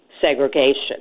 segregation